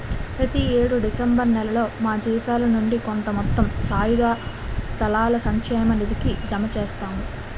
ప్రతి యేడు డిసెంబర్ నేలలో మా జీతాల నుండి కొంత మొత్తం సాయుధ దళాల సంక్షేమ నిధికి జమ చేస్తాము